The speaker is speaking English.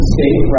State